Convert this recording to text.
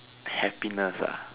happiness ah